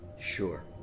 Sure